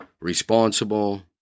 responsible